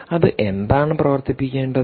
അത് എന്താണ് പ്രവർത്തിപ്പിക്കേണ്ടത്